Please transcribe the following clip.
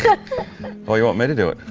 what? oh you want me to do it?